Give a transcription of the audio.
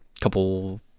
couple